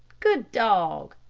good dog,